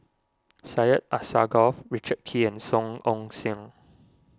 Syed Alsagoff Richard Kee and Song Ong Siang